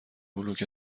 بلوک